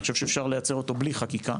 אני חושב שאפשר לייצר אותו בלי חקיקה,